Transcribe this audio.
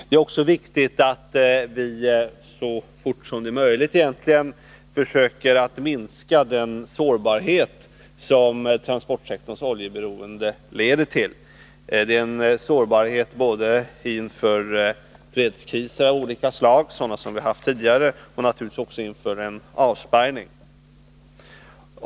Det är också viktigt att vi så snart som det är möjligt försöker minska den sårbarhet som transportsektorns oljeberoende leder till. Det gäller sårbarheten både inför fredskriser av olika slag, som vi har haft tidigare, och naturligtvis också inför en avspärrning.